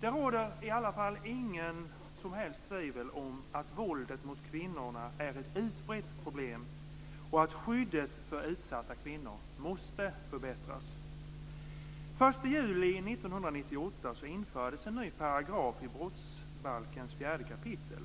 Det råder i alla fall inga som helst tvivel om att våldet mot kvinnorna är ett utbrett problem, och att skyddet för utsatta kvinnor måste förbättras. Den 1 juli 1998 infördes en ny paragraf i brottsbalkens fjärde kapitel.